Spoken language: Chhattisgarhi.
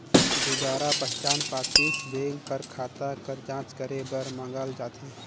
दुबारा पहिचान पाती बेंक कर खाता कर जांच करे बर मांगल जाथे